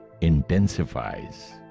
intensifies